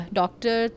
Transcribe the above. doctor